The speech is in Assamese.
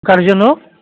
গাৰ্জেনক